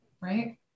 right